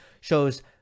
shows